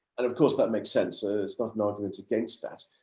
and of course, that makes sense is not an argument against that,